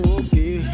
okay